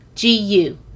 GU